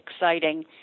exciting